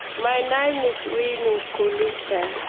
my name is rene kulitja.